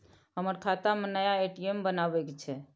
हमर खाता में नया ए.टी.एम बनाबै के छै?